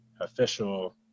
official